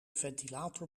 ventilator